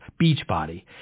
Beachbody